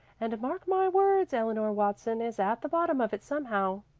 and mark my words, eleanor watson is at the bottom of it somehow.